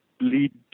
lead